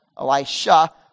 Elisha